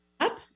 up